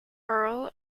earl